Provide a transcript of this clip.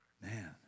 Man